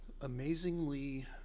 amazingly